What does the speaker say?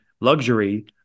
luxury